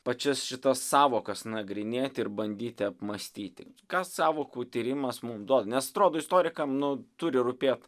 pačias šitas sąvokas nagrinėti ir bandyti apmąstyti ką sąvokų tyrimas mums duos nes atrodo istorikam nu turi rūpėt